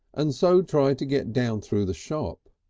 and so try and get down through the shop.